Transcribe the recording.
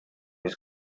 was